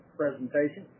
presentation